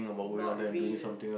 not real